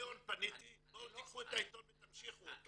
פניתי לחמישה "בואו קחו את העיתון ותמשיכו אותו"